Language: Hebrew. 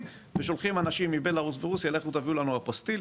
ושולחים אנשים מבלארוס ברוסיה לכו תביאו לנו אפוסטיל,